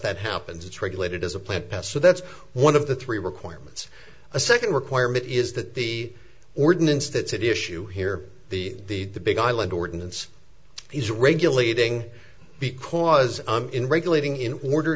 that happens it's regulated as a plant passed so that's one of the three requirements a second requirement is that the ordinance that's an issue here the big island ordinance is regulating because in regulating in order